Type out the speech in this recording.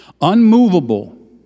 unmovable